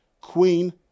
queen